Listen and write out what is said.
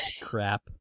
crap